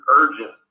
urgent